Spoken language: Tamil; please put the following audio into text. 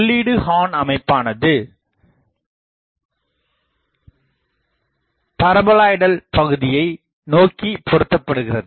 உள்ளீடு ஹார்ன் அமைப்பானது பாரபோலாய்டல் பகுதியை நோக்கி பொருத்தப்படுகிறது